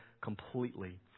completely